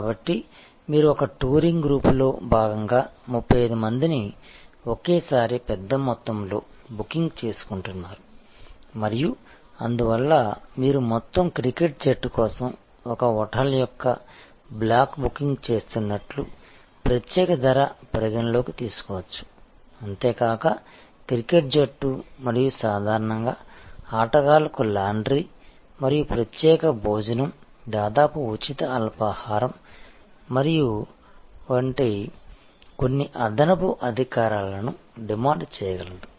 కాబట్టి మీరు ఒక టూరింగ్ గ్రూపులో భాగంగా 35 మందిని ఒకేసారి పెద్ద మొత్తంలో బుకింగ్ చేసుకుంటున్నారు మరియు అందువల్ల మీరు మొత్తం క్రికెట్ జట్టు కోసం ఒక హోటల్ యొక్క బ్లాక్ బుకింగ్ చేస్తున్నట్లు ప్రత్యేక ధర పరిగణనలోకి తీసుకోవచ్చు అంతేకాక క్రికెట్ జట్టు మరియు సాధారణంగా ఆటగాళ్లకు లాండ్రీ మరియు ప్రత్యేక భోజనం దాదాపు ఉచిత అల్పాహారం మరియు వంటి కొన్ని అదనపు అధికారాలను డిమాండ్ చేయగలదు